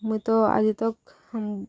ମୁଇଁ ତ ଆଜି ତକ୍